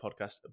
podcast